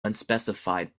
unspecified